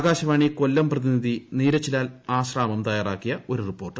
ആകാശവാണി കൊല്ലം പ്രതിനിധി നീരജ് ലാൽ ആശ്രാമം തയ്യാറാക്കിയ ഒരു റിപ്പോർട്ട്